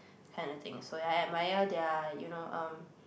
kind of things so I admire their you know um